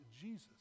Jesus